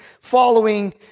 following